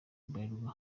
bralirwa